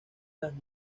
las